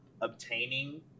Obtaining